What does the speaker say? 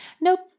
Nope